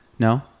No